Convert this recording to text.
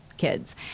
kids